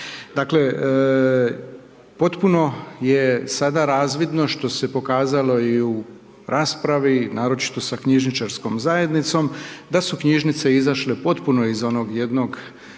Dakle, potpuno je sada razvidno što se pokazalo i u raspravi, naročito sa knjižničarskom zajednicom, da su knjižnice izašle potpuno iz onog tradicionalnog